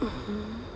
mm